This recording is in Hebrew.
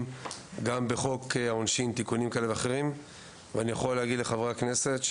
וגם לתיקונים כאלה ואחרים בחוק העונשין.